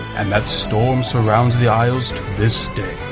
and that storm surrounds the isles to this day.